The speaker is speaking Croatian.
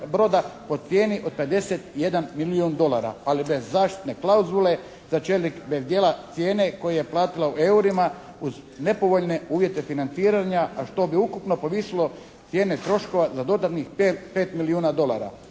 broda po cijeni od 51 milijun dolara, ali bez zaštitne klauzule za … /Ne razumije se./ … cijene koju je platila u eurima uz nepovoljne uvjete financiranja, a što bi ukupno povisilo cijene troškova za dodatnih 5 milijuna dolara.